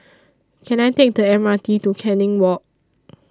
Can I Take The M R T to Canning Walk